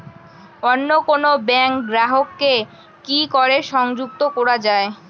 অন্য কোনো ব্যাংক গ্রাহক কে কি করে সংযুক্ত করা য়ায়?